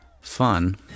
fun